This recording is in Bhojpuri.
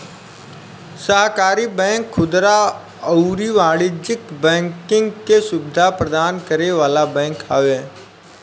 सहकारी बैंक खुदरा अउरी वाणिज्यिक बैंकिंग के सुविधा प्रदान करे वाला बैंक हवे